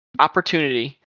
opportunity